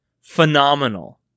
Phenomenal